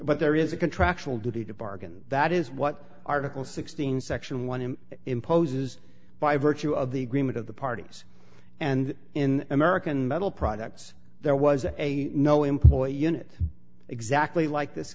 but there is a contractual duty to bargain that is what article sixteen section one m imposes by virtue of the agreement of the parties and in american metal products there was a no employee unit exactly like this